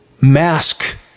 mask